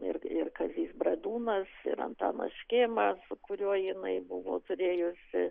ir ir kazys bradūnas ir antanas škėma su kuriuo jinai buvo turėjusi